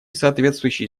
соответствующей